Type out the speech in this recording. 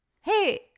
hey